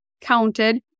counted